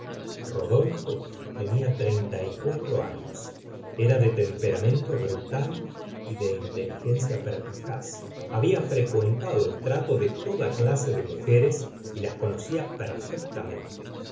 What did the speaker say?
rodolfo tenia treinta y cuatro años era de temperamento brutal y de inteligencia perspicaz había frecuentado el trato de toda clase de mujeres y las conocía perfectamente